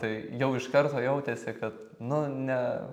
tai jau iš karto jautėsi kad nu ne